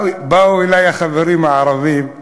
באו אלי החברים הערבים,